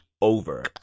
over